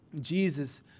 Jesus